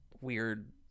weird